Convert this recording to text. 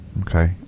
Okay